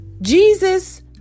Jesus